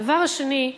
הדבר השני,